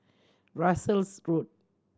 Russels Road